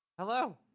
Hello